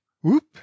Whoop